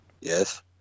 Yes